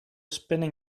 spinning